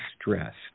stressed